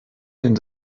den